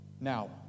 Now